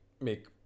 make